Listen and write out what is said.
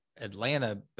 Atlanta